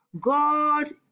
God